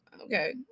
Okay